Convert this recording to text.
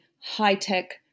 high-tech